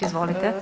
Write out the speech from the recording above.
Izvolite.